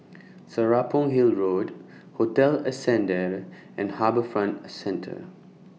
Serapong Hill Road Hotel Ascendere and HarbourFront Centre